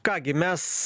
ką gi mes